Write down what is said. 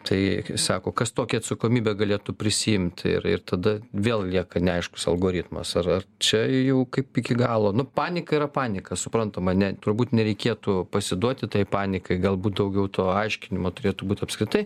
tai sako kad tokią atsakomybę galėtų prisiimti ir ir tada vėl lieka neaiškus algoritmas ar čia jau kaip iki galo nu panika yra panika suprantu mane turbūt nereikėtų pasiduoti tai panikai galbūt daugiau tų aiškinimų turėtų būti apskritai